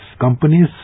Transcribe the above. companies